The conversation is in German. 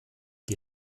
die